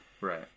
Right